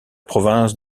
province